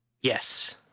Yes